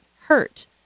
hurt